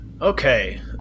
Okay